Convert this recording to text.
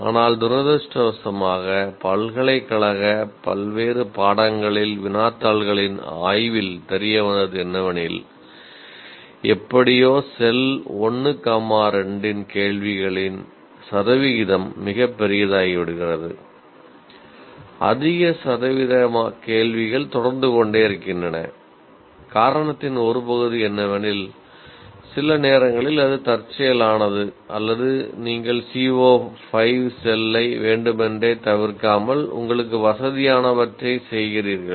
ஆனால் துரதிர்ஷ்டவசமாக பல்கலைக்கழக பல்வேறு பாடங்களில் வினாத்தாள்களின் ஆய்வில் தெரிய வந்தது என்னவெனில் எப்படியோ செல் வேண்டுமென்றே தவிர்க்காமல் உங்களுக்கு வசதியானவற்றை செய்கிறீர்கள்